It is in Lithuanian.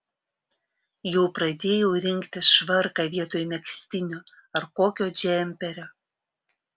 jau pradėjau rinktis švarką vietoj megztinio ar kokio džemperio